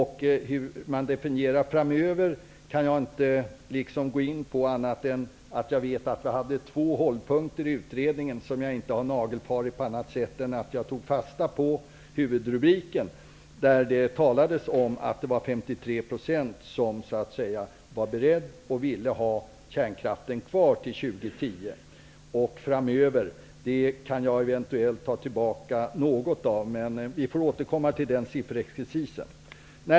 Hur man definierar ''framöver'' kan jag inte gå in på, men jag vet att det fanns två hållpunkter i utredningen, vilka jag inte har nagelfarit på annat sätt än att jag tog fasta på huvudrubriken som omtalade att det var 53 % som ville ha kärnkraften kvar till år 2010. Beträffande ''och framöver'' kan jag eventuellt ta tillbaka något. Men vi får återkomma till den sifferexercisen.